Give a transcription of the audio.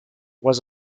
was